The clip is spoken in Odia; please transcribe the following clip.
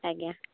ଆଜ୍ଞା